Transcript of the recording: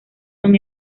son